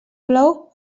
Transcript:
plou